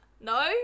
No